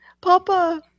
Papa